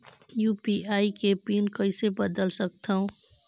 UPI के PIN कइसे बदल सकथव?